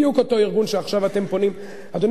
בדיוק אותו ארגון שעכשיו אתם פונים אליו.